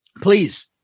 Please